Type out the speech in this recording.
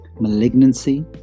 malignancy